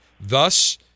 Thus